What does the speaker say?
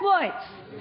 exploits